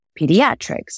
Pediatrics